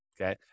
okay